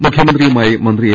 മുഖ്യമന്ത്രിയുമായി മന്ത്രി എ